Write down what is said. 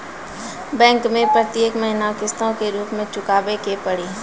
Bank मैं प्रेतियेक महीना किस्तो के रूप मे चुकाबै के पड़ी?